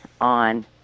on